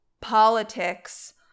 politics